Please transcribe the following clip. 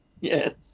yes